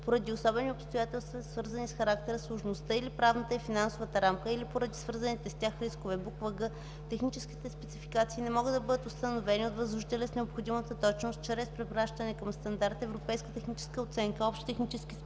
поради особени обстоятелства, свързани с характера, сложността или правната и финансовата рамка, или поради свързаните с тях рискове; г) техническите спецификации не могат да бъдат установени от възложителя с необходимата точност чрез препращане към стандарт, европейска техническа оценка, общи технически спецификации